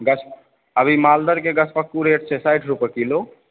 अभी मालदहके गछपक्कू रेट छै साठि रुपये किलो